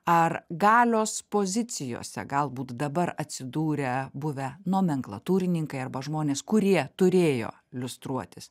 ar galios pozicijose galbūt dabar atsidūrę buvę nomenklatūrininkai arba žmonės kurie turėjo liustruotis